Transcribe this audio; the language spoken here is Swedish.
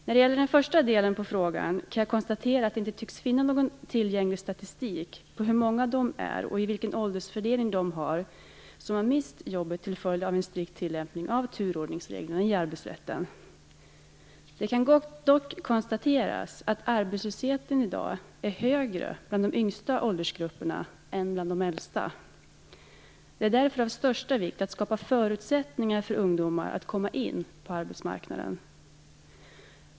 När det gäller den första delen av frågan kan jag konstatera att det inte tycks finnas någon tillgänglig statistik på hur många de är och vilken åldersfördelning de har som har mist jobbet till följd av en strikt tillämpning av turordningsreglerna i arbetsrätten. Det kan dock konstateras att arbetslösheten i dag är högre bland de yngsta åldersgrupperna än bland de äldsta. Det är därför av största vikt att skapa förutsättningar för ungdomar att komma in på arbetsmarknaden.